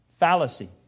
fallacy